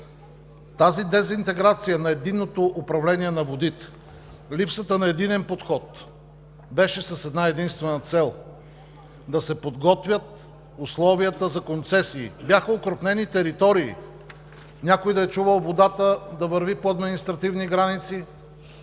Тази дезинтеграция на единното управление на водите, липсата на единен подход беше с една единствена цел – да се подготвят условията за концесии. Бяха окрупнени територии. Някой да е чувал водата да върви по административни граници?